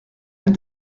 elle